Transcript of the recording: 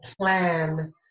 plan